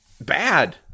Bad